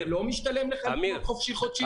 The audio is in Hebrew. לא משתלם לך לקנות חופשי חודשי.